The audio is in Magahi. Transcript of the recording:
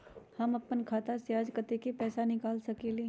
हम अपन खाता से आज कतेक पैसा निकाल सकेली?